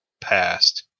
past